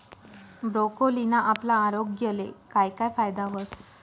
ब्रोकोलीना आपला आरोग्यले काय काय फायदा व्हस